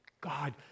God